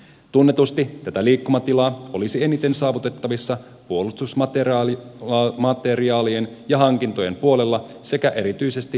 tunnetusti tätä liikkumatilaa olisi eniten saavutettavissa puolustusmateriaalien ja hankintojen puolella sekä erityisesti kyberteollisuuden puolella